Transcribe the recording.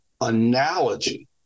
analogy